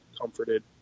comforted